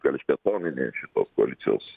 gelžbetoninį šitos koalicijos